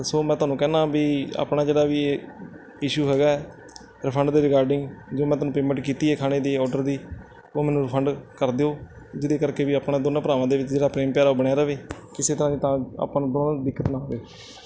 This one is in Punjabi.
ਸੋ ਮੈਂ ਤੁਹਾਨੂੰ ਕਹਿੰਦਾ ਵੀ ਆਪਣਾ ਜਿਹੜਾ ਵੀ ਇਹ ਇਸ਼ੂ ਹੈਗਾ ਰਿਫੰਡ ਦੇ ਰਿਗਾਰਡਿੰਗ ਜੋ ਮੈਂ ਤੁਹਾਨੂੰ ਪੇਮੈਂਟ ਕੀਤੀ ਹੈ ਖਾਣੇ ਦੀ ਔਡਰ ਦੀ ਉਹ ਮੈਨੂੰ ਰਿਫੰਡ ਕਰ ਦਿਓ ਜਿਹਦੇ ਕਰਕੇ ਵੀ ਆਪਣਾ ਦੋਨਾਂ ਭਰਾਵਾਂ ਦੇ ਵਿੱਚ ਜਿਹੜਾ ਪ੍ਰੇਮ ਪਿਆਰ ਆ ਉਹ ਬਣਿਆ ਰਹੇ ਕਿਸੇ ਤਰ੍ਹਾਂ ਤਾਂ ਆਪਾਂ ਦੋਨਾਂ ਨੂੰ ਦਿੱਕਤ ਨਾ ਹੋਵੇ